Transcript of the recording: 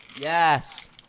Yes